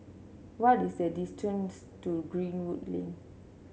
what is the distance to Greenwood Lane